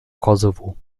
kosovo